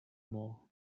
more